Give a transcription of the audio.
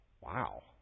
Wow